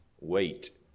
wait